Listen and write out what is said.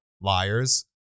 liars